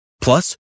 Plus